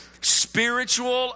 spiritual